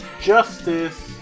justice